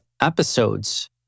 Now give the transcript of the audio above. episodes